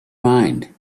mind